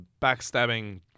backstabbing